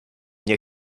nie